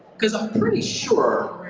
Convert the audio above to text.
cause i'm pretty sure,